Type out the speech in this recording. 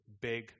big